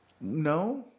No